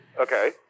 Okay